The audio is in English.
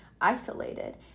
isolated